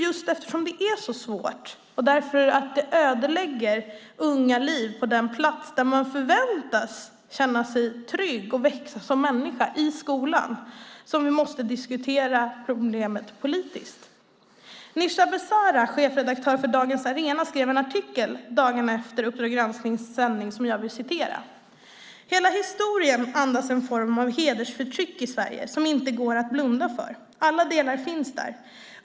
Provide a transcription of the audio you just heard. Just för att det är så svårt och för att det ödelägger unga liv på den plats där man förväntas känna sig trygg och växa som människa - i skolan - måste vi diskutera problemet politiskt. Nisha Besara, chefredaktör för Dagens Arena, skrev en artikel dagarna efter Uppdrag Gransknings sändning som jag vill citera: "Hela historian andas en form av hedersförtryck i Sverige som inte går att blunda för. Alla delar finns där.